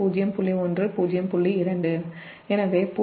2 எனவே 0